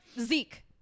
Zeke